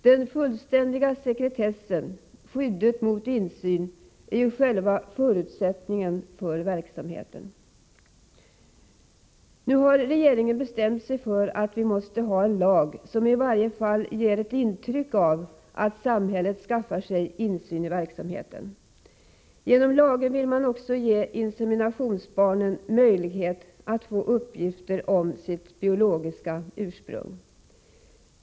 Den fullständiga sekretessen, skyddet mot insyn, är själva förutsättningen för verksamheten. Nu har regeringen bestämt sig för att vi måste ha en lag som i varje fall ger ett intryck av att samhället skaffar sig insyn i verksamheten. Genom lagen vill man också ge inseminationsbarnen möjlighet att få uppgifter om sitt biologiska ursprung.